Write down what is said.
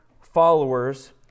followers